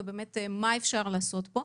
השאלה מה אפשר לעשות פה?